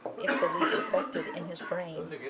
if the least affected in his brain,